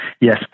yes